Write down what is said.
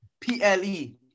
P-L-E